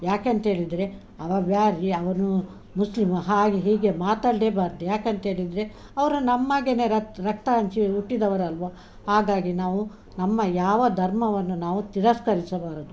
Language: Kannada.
ಯಾಕೆಂತೇಳಿದರೆ ಅವ ಬ್ಯಾರಿ ಅವನು ಮುಸ್ಲಿಮು ಹಾಗೆ ಹೀಗೆ ಮಾತಾಡ್ಲೇಬಾರದು ಯಾಕಂತೇಳಿದರೆ ಅವರು ನಮ್ಮಾಗೇನೆ ರಕ್ತ ಹಂಚಿ ಹುಟ್ಟಿದವರಲ್ವ ಹಾಗಾಗಿ ನಾವು ನಮ್ಮ ಯಾವ ಧರ್ಮವನ್ನು ನಾವು ತಿರಸ್ಕರಿಸಬಾರದು